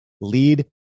lead